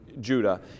Judah